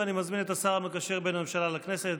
ואני מזמין את השר המקשר בין הממשלה לכנסת,